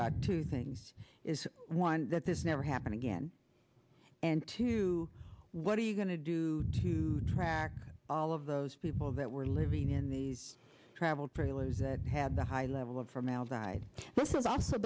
about two things is one that this never happened again and two what are you going to do to track all of those people that were living in these travel trailers that had the high level of formaldehyde this is also